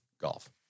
golf